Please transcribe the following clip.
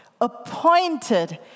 Appointed